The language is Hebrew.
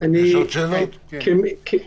כולל פיטורים,